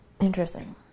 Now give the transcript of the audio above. Interesting